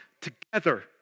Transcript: together